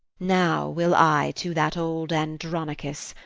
now will i to that old andronicus,